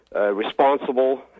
responsible